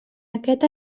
aquest